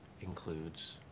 includes